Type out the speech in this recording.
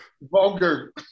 vulgar